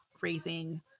raising